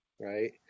right